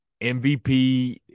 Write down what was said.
MVP